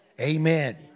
Amen